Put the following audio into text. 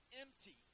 empty